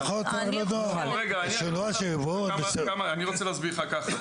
אני רוצה להסביר לך ככה.